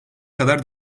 kadar